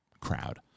crowd